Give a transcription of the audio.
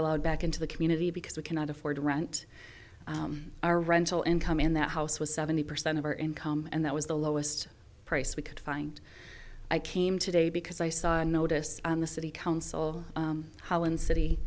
allowed back into the community because we cannot afford rent our rental income in that house was seventy percent of our income and that was the lowest price we could find i came today because i saw a notice on the city council holland city